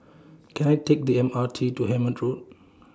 Can I Take The M R T to Hemmant Road